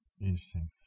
Interesting